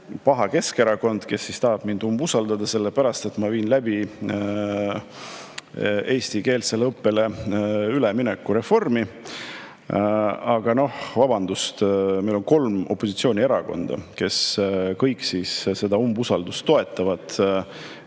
paha Keskerakond, kes tahab mind umbusaldada, sellepärast et ma viin läbi eestikeelsele õppele ülemineku reformi. Aga, vabandust, meil on kolm opositsioonierakonda, kes kõik seda umbusaldust toetavad.